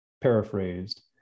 paraphrased